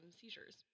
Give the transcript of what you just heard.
seizures